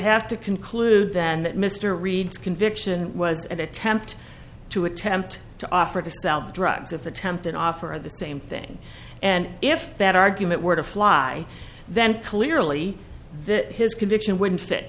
have to conclude then that mr reed's conviction was an attempt to attempt to offer to sell drugs if attempted offer of the same thing and if that argument were to fly then clearly that his conviction wouldn't fit